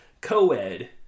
co-ed